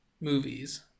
movies